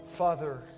Father